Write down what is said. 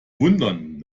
wundern